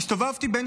הסתובבתי בין